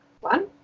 one